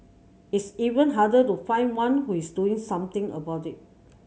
it's even harder to find one who is doing something about it